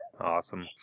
Awesome